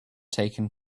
taken